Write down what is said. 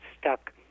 stuck